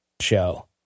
show